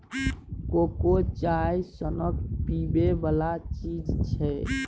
cocoa चाइए सनक पीबै बला चीज छै